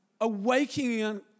awakening